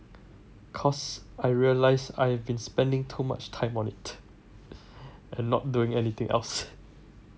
cause I realised I have been spending too much time on it and not doing anything else